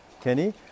kenny